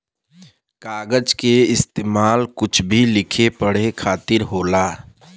कागज के इस्तेमाल कुछ भी लिखे पढ़े खातिर होला